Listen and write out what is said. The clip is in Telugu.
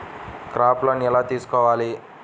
క్రాప్ లోన్ ఎలా తీసుకోవాలి?